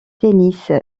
tennis